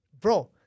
bro